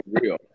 real